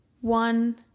one